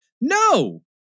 No